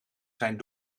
zijn